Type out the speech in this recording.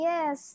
Yes